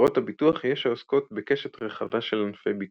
בחברות הביטוח יש העוסקות בקשת רחבה של ענפי ביטוח,